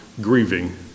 grieving